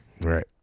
Right